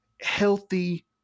healthy